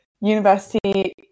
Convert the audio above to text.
University